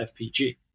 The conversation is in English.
FPG